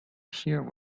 here